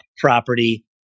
property